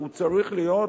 שהוא צריך להיות,